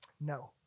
No